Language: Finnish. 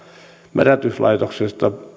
mädätyslaitoksessa